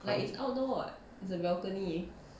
like it's outdoor [what] is a balcony